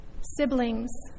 Siblings